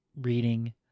reading